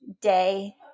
day